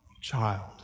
child